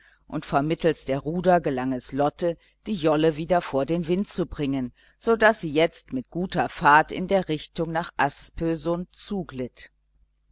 und vermittels der ruder gelang es lotte die jolle wieder vor den wind zu bringen so daß sie jetzt mit guter fahrt in der richtung nach